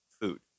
food